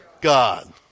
God